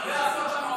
זה הזכויות שאנחנו,